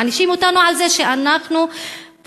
מענישים אותנו על זה שאנחנו פועלים